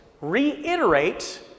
reiterate